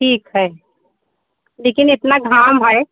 ठीक है लेकिन इतना घाम है